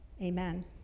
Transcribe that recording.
amen